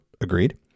Agreed